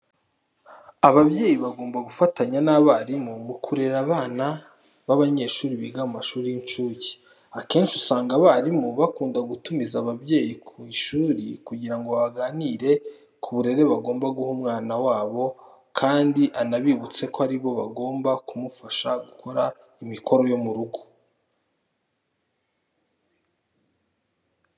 Ababyeyi bagomba gufatanya n'abarimu mu kurera abana b'abanyeshuri biga mu mashuri y'incuke. Akenshi usanga abarimu bakunda gutumiza ababyeyi ku ishuri kugira ngo baganire ku burere bagomba guha umwana wabo kandi anabibutse ko ari bo baba bagomba kumufasha gukora imikoro yo mu rugo.